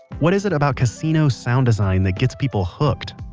what is it about casino sound design that gets people hooked?